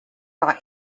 not